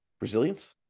Resilience